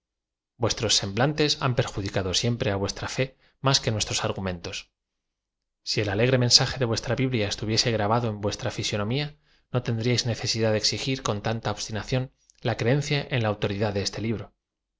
t h an perjudicado siempre vuestra fe ms que nuestros argu meatos f si e l ale g r e mensaje de vuestra biblia estuviese grabado ea vuestra flsoaomla ao teadrlais necesidad de e x i g i r cod taata obetinacióo la creencia ea la autoridad de este libro